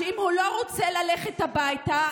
שאם הוא לא רוצה ללכת הביתה,